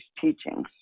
teachings